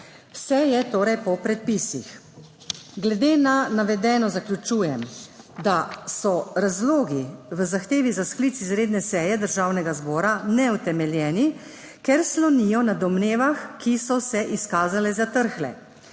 vse je torej po predpisih. Glede na navedeno zaključujem, da so razlogi v zahtevi za sklic izredne seje Državnega zbora neutemeljeni, ker slonijo na domnevah, ki so se izkazale za trhle.